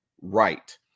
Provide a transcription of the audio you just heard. right